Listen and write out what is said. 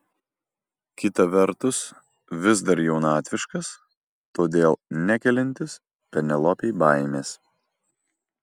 kita vertus vis dar jaunatviškas todėl nekeliantis penelopei baimės